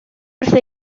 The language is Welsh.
wrtha